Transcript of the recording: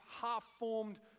half-formed